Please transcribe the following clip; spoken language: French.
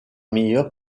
meilleur